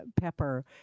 pepper